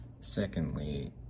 Secondly